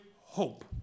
hope